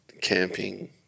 camping